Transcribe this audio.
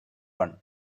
one